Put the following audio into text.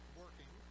working